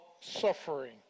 suffering